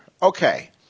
Okay